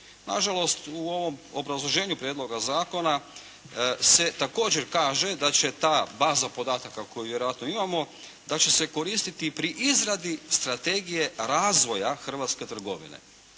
Nažalost, u ovom obrazloženju prijedloga zakona se također kaže da će ta baza podataka koju vjerojatno imamo da će se koristiti pri izradi strategije razvoja hrvatske trgovine.